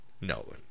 No